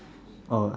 oh